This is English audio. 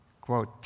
Quote